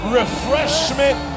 refreshment